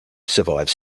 survive